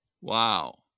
Wow